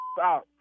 out